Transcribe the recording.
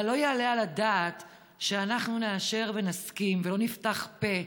אבל לא יעלה על הדעת שאנחנו נאשר ונסכים ולא נפתח פה,